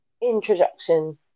introduction